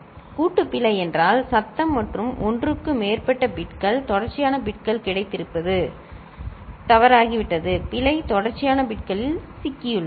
கூட்டு பிழை என்றால் சத்தம் மற்றும் ஒன்றுக்கு மேற்பட்ட பிட்கள் தொடர்ச்சியான பிட்கள் கிடைத்திருப்பது தவறாகிவிட்டது பிழை தொடர்ச்சியான பிட்களில் சிக்கியுள்ளது